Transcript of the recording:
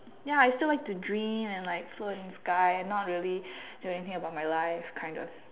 ya I still like to dream and like float in the sky and not really doing anything about my life kind of